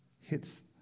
hits